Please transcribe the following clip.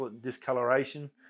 discoloration